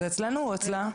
זה אצלנו או אצלה?